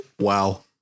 Wow